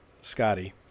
Scotty